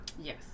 Yes